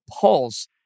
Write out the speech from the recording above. pulse